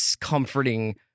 comforting